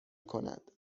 کند